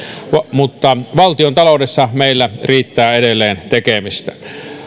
mutta valtiontaloudessa meillä riittää edelleen tekemistä